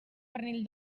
pernil